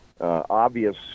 obvious